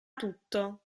tutto